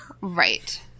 right